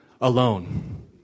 alone